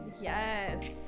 Yes